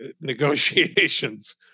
negotiations